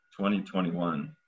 2021